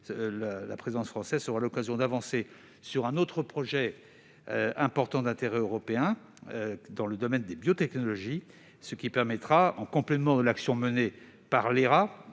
présidence. Celle-ci sera aussi l'occasion d'avancer sur un autre projet important d'intérêt européen, dans le domaine des biotechnologies, ce qui permettra, en complément de l'action menée par HERA,